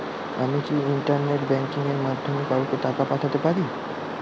আমি কি internet banking এর মাধ্যমে কাওকে টাকা পাঠাতে পারি?